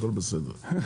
הכל בסדר.